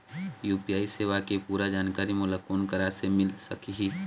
UPI सेवा के पूरा जानकारी मोला कोन करा से मिल सकही?